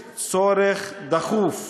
יש צורך דחוף